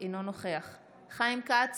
אינו נוכח חיים כץ,